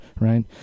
right